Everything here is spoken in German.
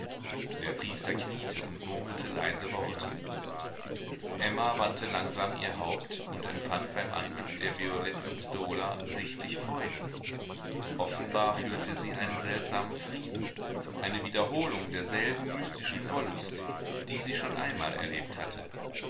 der priester kniete und murmelte leise worte emma wandte langsam ihr haupt und empfand beim anblick der violetten stola sichtlich freude offenbar fühlte sie einen seltsamen frieden eine wiederholung derselben mystischen wollust die sie schon einmal erlebt hatte